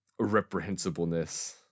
Reprehensibleness